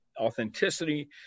authenticity